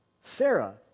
Sarah